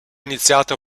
iniziato